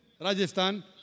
Rajasthan